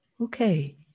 okay